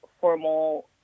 formal